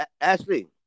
Ashley